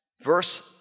Verse